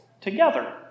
together